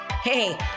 Hey